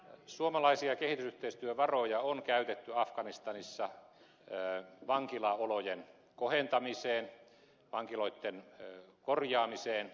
suomalaisia kehitysyhteistyövaroja on käytetty afganistanissa vankilaolojen kohentamiseen vankiloitten korjaamiseen